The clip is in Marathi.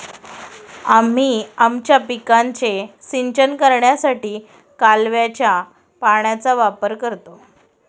आम्ही आमच्या पिकांचे सिंचन करण्यासाठी कालव्याच्या पाण्याचा वापर करतो